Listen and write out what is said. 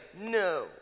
no